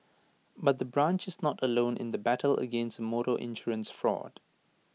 but the branch is not alone in the battle against motor insurance fraud